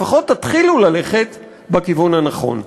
לפחות תתחילו ללכת בכיוון הנכון.